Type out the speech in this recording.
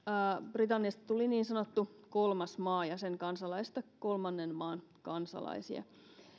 britanniasta tuli niin sanottu kolmas maa ja sen kansalaisista kolmannen maan kansalaisia